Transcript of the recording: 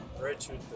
Richard